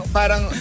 parang